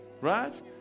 Right